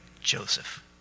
Joseph